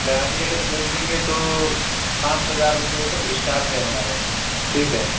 گاڑی اگر بھیج دیں گے تو پانچ ہزار روپے تک اسٹارٹ ہے ہمارے یہاں ٹھیک ہے